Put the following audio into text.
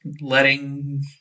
letting